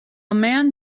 man